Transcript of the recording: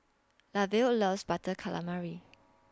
Lavelle loves Butter Calamari